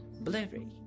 blurry